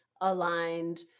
aligned